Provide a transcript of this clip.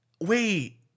Wait